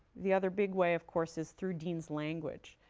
the other big way, of course, is through dean's language,